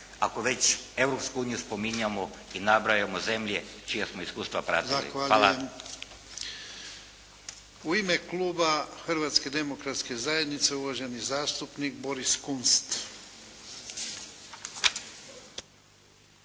ako već Europsku uniju spominjemo i nabrajamo zemlje čija smo iskustva pratili. Hvala. **Jarnjak, Ivan (HDZ)** Zahvaljujem. U ime kluba Hrvatske demokratske zajednice uvaženi zastupnik Boris Kunst.